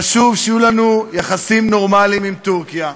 חשוב שיהיו לנו יחסים נורמליים עם טורקיה,